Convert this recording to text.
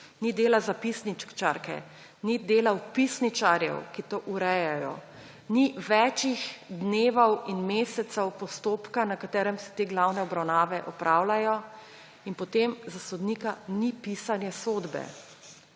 ni dela zapisničarke, ni dela vpisničarjev, ki to urejajo, ni več dni in mesecev postopka, na katerem se te glavne obravnave opravljajo. In potem za sodnika ni pisanja sodbe.